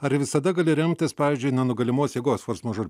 ar visada gali remtis pavyzdžiui į nenugalimos jėgos fors mažor